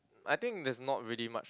I think there's not really much